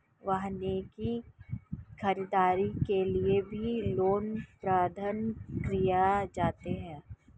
वाहनों की खरीददारी के लिये भी लोन प्रदान किये जाते हैं